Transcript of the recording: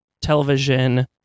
television